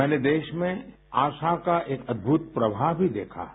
मैंने देश में आशा का एक अद्भुत प्रवाह भी देखा है